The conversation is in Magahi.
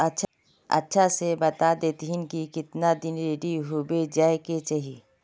अच्छा से बता देतहिन की कीतना दिन रेडी होबे जाय के चही?